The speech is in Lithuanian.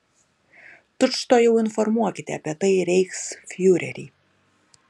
tučtuojau informuokite apie tai reichsfiurerį